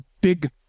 big